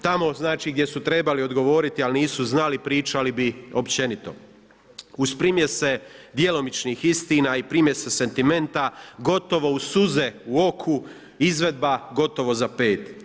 Tamo znači gdje su trebali odgovoriti, a nisu znali pričali bi općenito uz primjese djelomičnih istina i primjese sentimenta gotovo u suze u oku izvedba gotovo za pet.